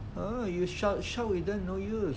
ah you shout shout with them no use